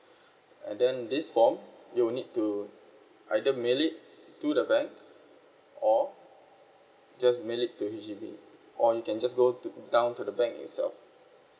and then this form you will need to either mail it to the bank or just mail it to H_D_B or you can just go t~ down to the bank itself